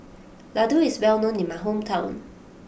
Laddu is well known in my hometown